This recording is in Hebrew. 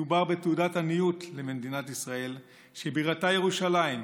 מדובר בתעודת עניות למדינת ישראל, שבירתה ירושלים.